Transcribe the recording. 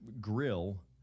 grill